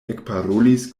ekparolis